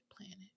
Planet